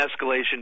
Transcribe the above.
escalation